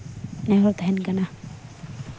ᱱᱮᱦᱚᱨ ᱛᱟᱦᱮᱱ ᱠᱟᱱᱟ